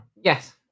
Yes